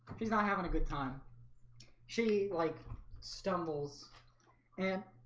she's not having a good time she like stumbles and